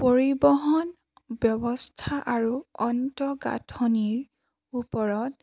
পৰিবহণ ব্যৱস্থা আৰু অন্তঃগাঁথনিৰ ওপৰত